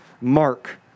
Mark